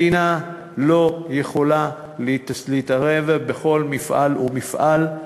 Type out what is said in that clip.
מדינה לא יכולה להתערב בכל מפעל ומפעל.